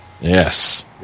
Yes